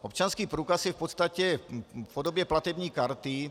Občanský průkaz je v podstatě v podobě platební karty.